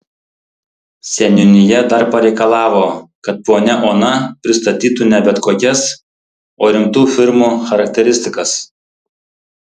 seniūnija dar pareikalavo kad ponia ona pristatytų ne bet kokias o rimtų firmų charakteristikas